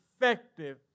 effective